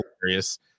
hilarious